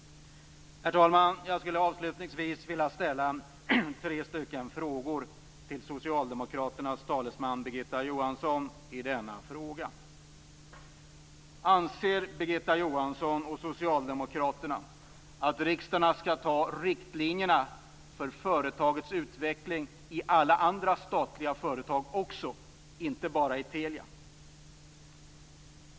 Herr talman! Jag skulle avslutningsvis vilja ställa tre frågor till Socialdemokraternas talesman Birgitta 1. Anser Birgitta Johansson och Socialdemokraterna att riksdagen skall ta riktlinjerna för företagets utveckling i alla andra statliga företag också, inte bara i Telia? 2.